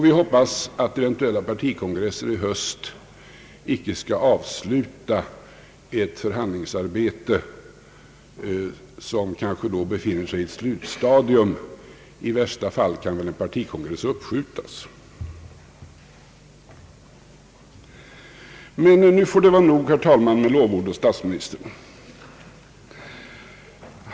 Vi hoppas att en eventuell partikongress i höst icke skall avsluta ett förhandlingsarbete som kanske då befinner sig i ett slutstadium. I värsta fall kan väl en partikongress uppskjutas. Men nu får det vara nog, herr talman, med lovord åt statsministern.